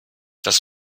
das